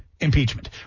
impeachment